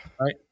Right